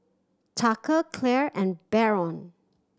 Tucker Clair and Baron